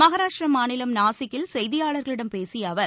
மகாராஷ்டிர மாநிலம் நாசிக்கில் செய்தியாளர்களிடம் பேசிய அவர்